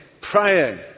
praying